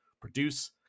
produce